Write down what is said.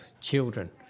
children